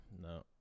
No